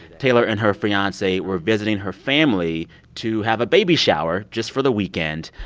taylor and her fiance were visiting her family to have a baby shower just for the weekend.